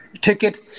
ticket